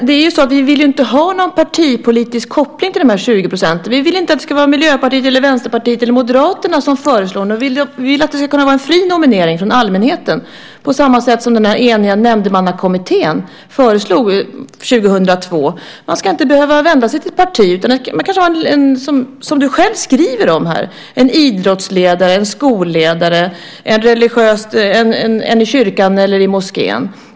Herr talman! Vi vill inte ha någon partipolitisk koppling till de 20 procenten. Vi vill inte att det ska vara Miljöpartiet, Vänsterpartiet eller Moderaterna som föreslår. Vi vill att det ska kunna vara en fri nominering från allmänheten på samma sätt som den eniga Nämndemannakommittén föreslog 2002. Man ska inte behöva vända sig till ett parti. Man kanske har, som du själv skriver om, en idrottsledare, en skolledare, någon i kyrkan eller i moskén.